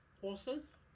Horses